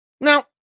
now